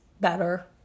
better